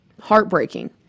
heartbreaking